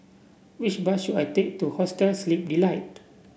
which bus should I take to Hostel Sleep Delight